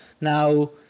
Now